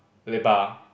Lebar